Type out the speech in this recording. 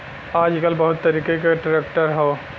आजकल बहुत तरीके क ट्रैक्टर हौ